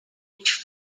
which